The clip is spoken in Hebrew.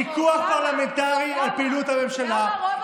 וזה אומר שפה יש פיקוח פרלמנטרי, למה?